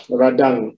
radang